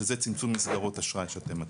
שזה צמצום מסגרות אשראי שאתם מכירים.